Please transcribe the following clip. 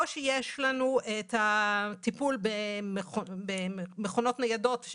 או שיש לנו את הטיפול במכונות ניידות,